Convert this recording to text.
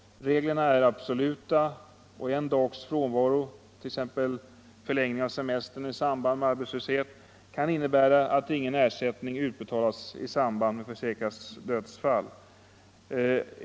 Reglerna är absoluta, och en dags frånvaro, t.ex. förlängning av semestern i samband med arbetslöshet, kan innebära att ingen ersättning utbetalas vid försäkrads dödsfall.